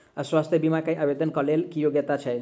स्वास्थ्य बीमा केँ आवेदन कऽ लेल की योग्यता छै?